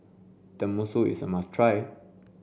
Tenmusu is a must try